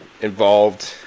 involved